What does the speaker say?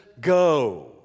go